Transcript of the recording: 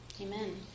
Amen